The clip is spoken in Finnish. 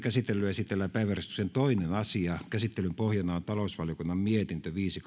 käsittelyyn esitellään päiväjärjestyksen toinen asia käsittelyn pohjana on talousvaliokunnan mietintö viisi